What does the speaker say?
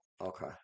Okay